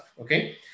okay